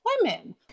women